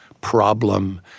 problem